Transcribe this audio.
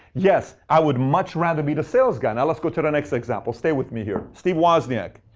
yes. i would much rather be the sales guy. now let's go to the next example. stay with me here. steve wozniak.